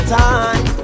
time